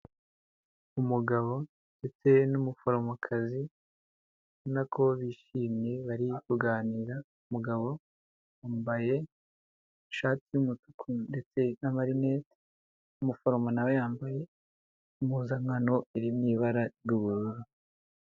Umugabo ndetse n'umuforomokazi, ubona ko bishimye bari kuganira, umugabo yambaye ishati y'umutuku ndetse n'amarinete, umuforomo na we yambaye impuzankano iri mu ibara ry'ubururu.